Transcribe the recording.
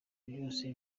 byose